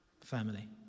family